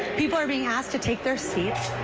people are being asked to take their seats.